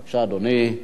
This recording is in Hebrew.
בבקשה, אדוני,